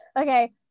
Okay